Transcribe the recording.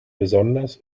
besonders